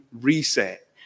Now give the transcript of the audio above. reset